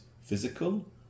physical